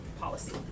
policy